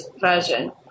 version